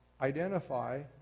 identify